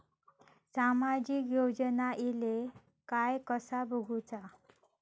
सामाजिक योजना इले काय कसा बघुचा?